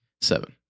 Seven